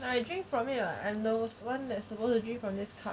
and I drink from it [what] and there was one they're supposed to drink from this cup